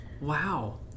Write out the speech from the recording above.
Wow